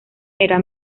era